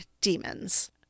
Demons